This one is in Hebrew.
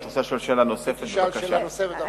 היא תשאל שאלה נוספת ואחר כך תוכל להשיב.